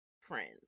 friends